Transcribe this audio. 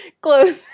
Close